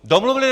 Domluvili?